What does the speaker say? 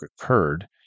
occurred